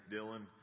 Dylan